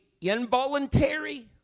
involuntary